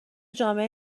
جامعه